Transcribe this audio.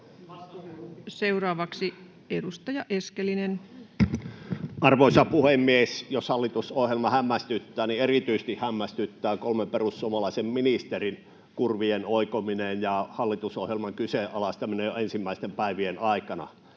Seuraavaksi edustaja Eskelinen. Arvoisa puhemies! Jos hallitusohjelma hämmästyttää, niin erityisesti hämmästyttää kolmen perussuomalaisen ministerin kurvien oikominen ja hallitusohjelman kyseenalaistaminen jo ensimmäisten päivien aikana.